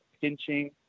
pinching